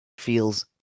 Feels